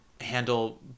handle